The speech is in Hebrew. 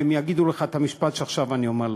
והם יגידו לך את המשפט שעכשיו אני אומר לך: